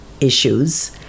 issues